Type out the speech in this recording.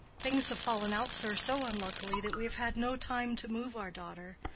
things have fall'n out, sir, so unluckily that we have had no time to move our daughter.